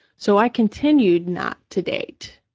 so, i continued not to date.